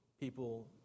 people